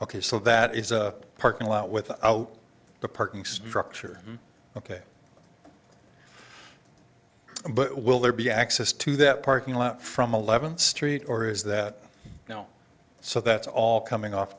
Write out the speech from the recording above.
ok so that is a parking lot with out the parking structure ok but will there be access to that parking lot from eleventh street or is that now so that's all coming off